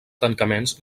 tancaments